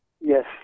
Yes